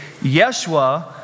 Yeshua